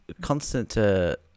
Constant